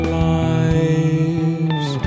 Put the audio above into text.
lives